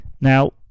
now